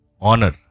Honor